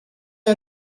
are